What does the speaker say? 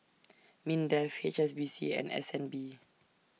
Mindef H S B C and S N B